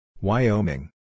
Wyoming